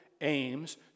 aims